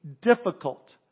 difficult